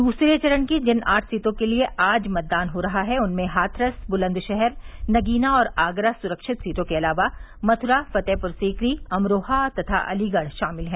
दूसरे चरण की जिन आठ सीटों के लिए आज मतदान हो रहा हैं उनमें हाथरस बुलन्दशहर नगीना और आगरा सुरक्षित सीटों के अलावा मथुरा फतेहपुर सीकरी अमरोहा तथा अलीगढ़ शामिल हैं